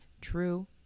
true